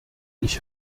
ich